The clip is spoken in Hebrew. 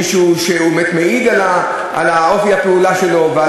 מישהו שמעיד על אופי הפעולה שלו ועל